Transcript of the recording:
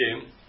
game